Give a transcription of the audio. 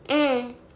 mm